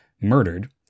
murdered